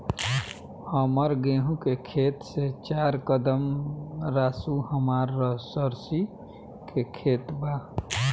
हमार गेहू के खेत से चार कदम रासु हमार सरसों के खेत बा